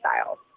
styles